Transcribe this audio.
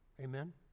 Amen